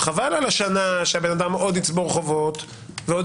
חבל על השנה שהאדם עוד יצבור חובות ועוד